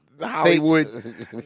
Hollywood